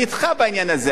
אני אתך בעניין הזה,